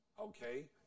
Okay